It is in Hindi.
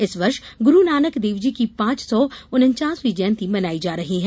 इस वर्ष गुरूनानक देवजी की पांच सौ उन्वासवीं जयंती मनायी जा रही है